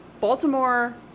Baltimore